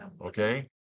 okay